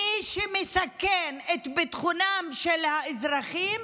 מי שמסכן את ביטחונם של האזרחים